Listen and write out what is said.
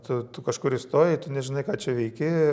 tu kažkur įstojai tu nežinai ką čia veiki